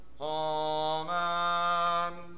Amen